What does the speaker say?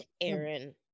Aaron